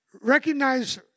Recognize